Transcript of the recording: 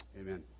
Amen